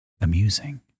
amusing